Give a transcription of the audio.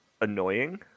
annoying